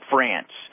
France